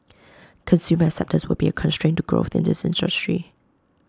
consumer acceptance will be A constraint to growth in this industry